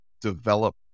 develop